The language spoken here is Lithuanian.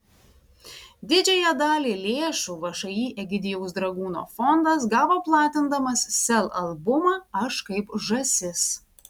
didžiąją dalį lėšų všį egidijaus dragūno fondas gavo platindamas sel albumą aš kaip žąsis